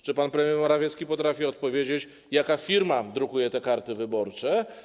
Czy pan premier Morawiecki potrafi odpowiedzieć, jaka firma drukuje te karty wyborcze?